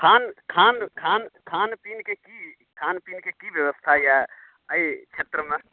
खान खान खान खान पीनके की व्यवस्था अछि एहि क्षेत्रमे